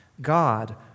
God